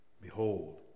Behold